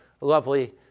lovely